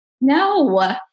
No